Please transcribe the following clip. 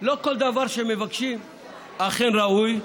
לא כל דבר שמבקשים אכן ראוי,